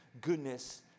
goodness